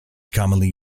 commonly